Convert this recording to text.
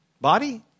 body